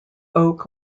oak